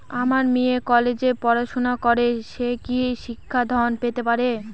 আমার মেয়ে কলেজে পড়াশোনা করে সে কি শিক্ষা ঋণ পেতে পারে?